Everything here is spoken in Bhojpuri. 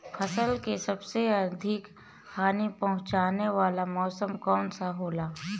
फसल के सबसे अधिक हानि पहुंचाने वाला मौसम कौन हो ला?